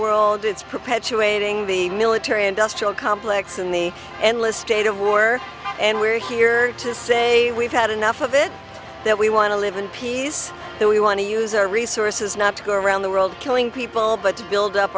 world it's perpetuating the military industrial complex in the endless state of war and we're here to say we've had enough of it that we want to live in peace that we want to use our resources not to go around the world killing people but to build up